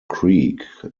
creek